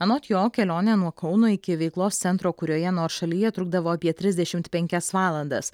anot jo kelionė nuo kauno iki veiklos centro kurioje nors šalyje trukdavo apie trisdešimt penkias valandas